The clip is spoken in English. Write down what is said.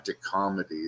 comedy